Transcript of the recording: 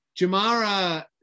Jamara